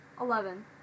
Eleven